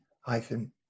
hyphen